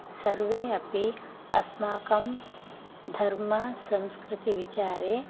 सर्वे अपि अस्माकं धर्मसंस्कृतिविचारे